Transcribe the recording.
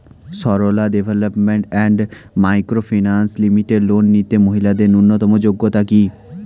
Sarala development and micro finance limited loan নিতে মহিলাদের ন্যূনতম যোগ্যতা কী?